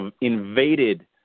invaded